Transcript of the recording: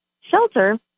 shelter